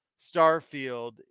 Starfield